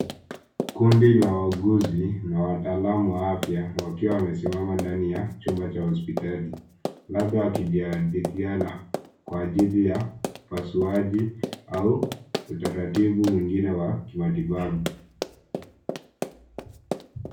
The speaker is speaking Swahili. Kundi la wauguzi na wataalamu wa afya wakiwa wamesimama ndani ya chumba cha hospitali, labda wakijihadithia kwa ajili ya upasuaji au utaratibu mwingine wa kimatibabu.